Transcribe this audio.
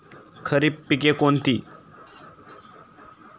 खरीप पिके कोणती?